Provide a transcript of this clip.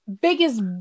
biggest